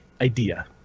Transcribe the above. idea